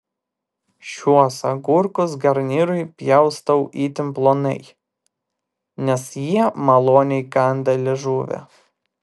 šiuos agurkus garnyrui pjaustau itin plonai nes jie maloniai kanda liežuvį